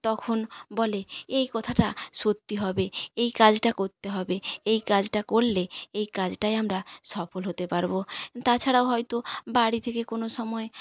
তখন বলে এই কথাটা সত্যি হবে এই কাজটা করতে হবে এই কাজটা করলে এই কাজটায় আমরা সফল হতে পারবো তাছাড়াও হয়তো বাড়ি থেকে কোনো সময়